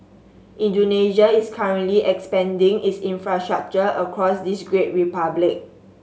Indonesia is currently expanding its infrastructure across this great republic